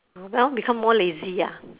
oh well become more lazy ah